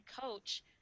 coach